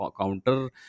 counter